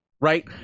Right